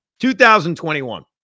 2021